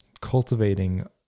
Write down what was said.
cultivating